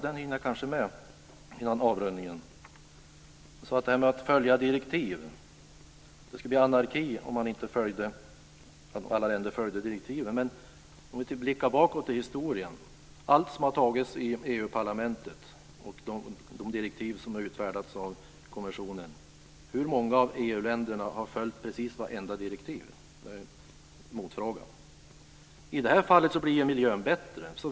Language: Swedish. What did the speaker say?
Jag hinner kanske med den innan avrundningen. Hon sade att det skulle bli anarki om inte alla länder följde direktiven. Men om vi blickar bakåt i historien och ser på allt som det har fattats beslut om i EU parlamentet och de direktiv som har utfärdats av kommissionen - hur många av EU-länderna har följt precis varenda direktiv? Det är min motfråga. I det här fallet blir ju miljön bättre.